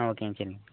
ஆ ஓகேங்க சரிங்ண்ணா